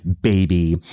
baby